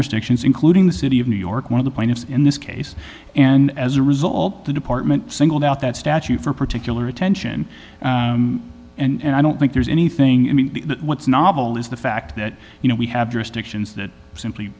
stations including the city of new york one of the plaintiffs in this case and as a result the department singled out that statute for particular attention and i don't think there's anything i mean what's novel is the fact that you know we have